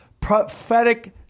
prophetic